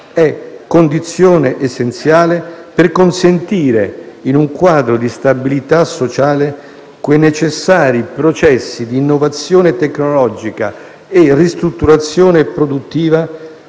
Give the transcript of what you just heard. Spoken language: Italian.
è condizione essenziale per consentire, in un quadro di stabilità sociale, quei necessari processi di innovazione tecnologica e ristrutturazione produttiva